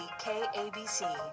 KABC